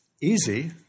easy